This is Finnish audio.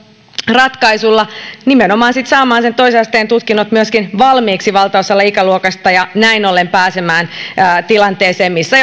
ratkaisulla sitten nimenomaan saamaan toisen asteen tutkinnot myöskin valmiiksi valtaosalle ikäluokasta ja näin ollen pääsemään tilanteeseen missä